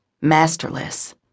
masterless